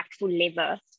lever